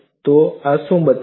તો આ શું બતાવે છે